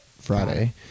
Friday